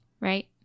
right